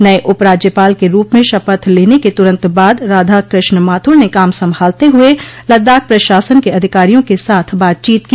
नये उप राज्यपाल के रूप में शपथ लेने के तुरन्त बाद राधा कृष्ण माथुर ने काम संभालते हुए लद्दाख प्रशासन के अधिकारियों के साथ बातचीत की